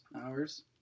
hours